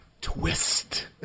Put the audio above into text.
Twist